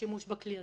השימוש בכלי הזה.